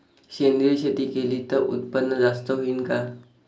सेंद्रिय शेती केली त उत्पन्न जास्त होईन का?